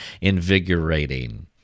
invigorating